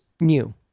new